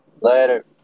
Later